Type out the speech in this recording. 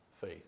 faith